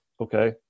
Okay